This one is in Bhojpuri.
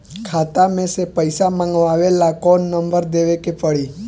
खाता मे से पईसा मँगवावे ला कौन नंबर देवे के पड़ी?